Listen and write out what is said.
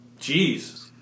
Jeez